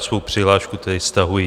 Svou přihlášku tedy stahuji.